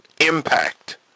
impact